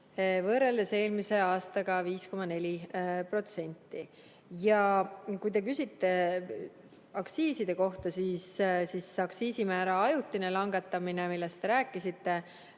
võrreldes eelmise aastaga 5,4%. Kui te küsite aktsiiside kohta, siis aktsiisimäära ajutine langetamine, millest te rääkisite,